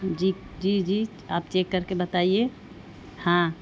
جی جی جی آپ چیک کر کے بتائیے ہاں